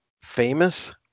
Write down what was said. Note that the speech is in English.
famous